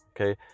okay